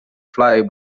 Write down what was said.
fly